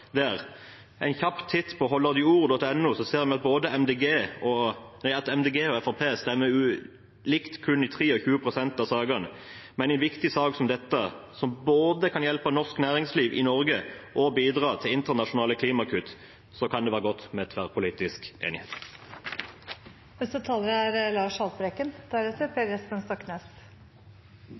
ser vi at Miljøpartiet De Grønne og Fremskrittspartiet stemmer likt i kun 23 pst. av sakene. Men i en viktig sak som dette, som både kan hjelpe norsk næringsliv i Norge og bidra til internasjonale klimakutt, kan det være godt med tverrpolitisk enighet. Selv om land som Tyskland og Storbritannia nærmer seg kommersielle utbygginger av bunnfaste havvindmøller, er